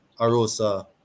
Arosa